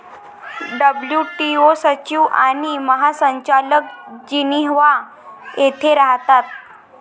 WTO सचिव आणि महासंचालक जिनिव्हा येथे राहतात